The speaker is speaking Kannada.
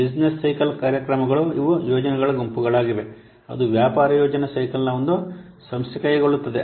ಬಿಸಿನೆಸ್ ಸೈಕಲ್ ಕಾರ್ಯಕ್ರಮಗಳು ಇವು ಯೋಜನೆಗಳ ಗುಂಪುಗಳಾಗಿವೆ ಅದು ವ್ಯಾಪಾರ ಯೋಜನಾ ಸೈಕಲ್ನ ಒಂದು ಸಂಸ್ಥೆ ಕೈಗೊಳ್ಳುತ್ತದೆ